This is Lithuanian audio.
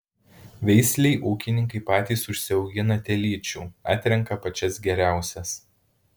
veislei ūkininkai patys užsiaugina telyčių atrenka pačias geriausias